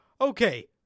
Okay